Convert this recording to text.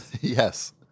Yes